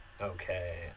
Okay